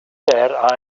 that